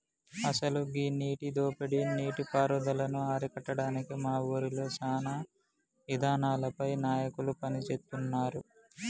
అసలు గీ నీటి దోపిడీ నీటి పారుదలను అరికట్టడానికి మా ఊరిలో సానా ఇదానాలపై నాయకులు పని సేస్తున్నారు